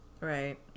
Right